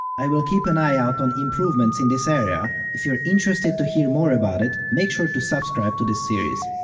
i will keep an eye out on improvements in this area, if you are interested to hear more about it, make sure to subscribe to this series.